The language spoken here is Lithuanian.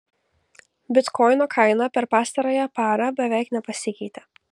bitkoino kaina per pastarąją parą beveik nepasikeitė